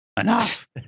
Enough